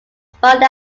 spun